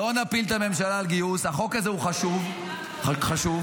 אם אין חוק השתמטות, אתם ממשיכים הלאה.